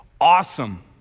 awesome